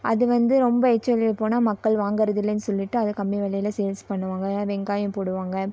அது வந்து ரொம்ப ரிச் வெலையில போனால் மக்கள் வாங்குறதில்லனு சொல்லிவிட்டு அதை கம்மி விலையில சேல்ஸ் பண்ணுவாங்க வெங்காயம் போடுவாங்க